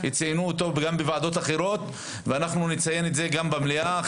יציינו אותו גם בוועדות אחרות ואנחנו נציין את זה גם במליאה.